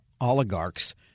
oligarchs